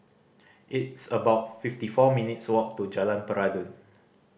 it's about fifty four minutes' walk to Jalan Peradun